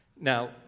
Now